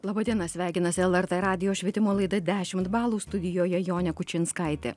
laba diena sveikinasi lrt radijo švietimo laida dešim balų studijoje jonė kučinskaitė